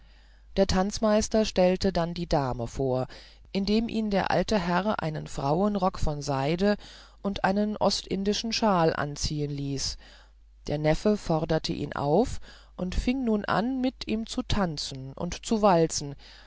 der tanzmeister stellte dann die dame vor indem ihn der alte herr einen frauenrock von seide und einen ostindischen shawl anziehen ließ der neffe forderte ihn auf und fing nun an mit ihm zu tanzen und zu walzen